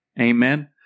Amen